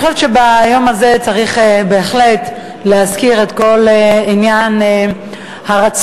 אני חושבת שביום הזה צריך בהחלט להזכיר את כל עניין הרצון